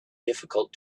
difficult